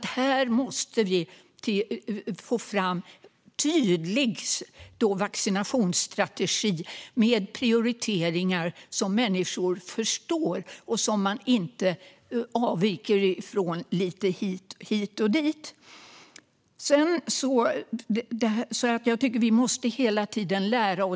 Vi måste alltså få fram en tydlig vaccinationsstrategi med prioriteringar som människor förstår och som man inte avviker ifrån lite hit och dit. Vi måste hela tiden lära.